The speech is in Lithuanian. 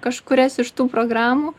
kažkurias iš tų programų